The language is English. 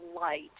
light